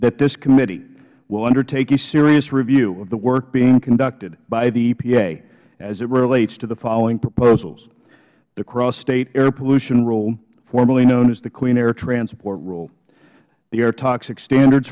that this committee will undertake a serious review of the work being conducted by the epa as it relates to the following proposals the crossstate air pollution rule formerly known as the clean air transport rule the air toxic standards